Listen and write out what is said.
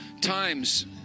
times